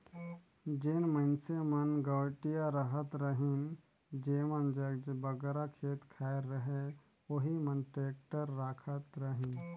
जेन मइनसे मन गवटिया रहत रहिन जेमन जग बगरा खेत खाएर रहें ओही मन टेक्टर राखत रहिन